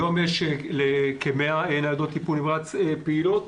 היום יש כ-100 ניידות טיפול נמרץ פעילות.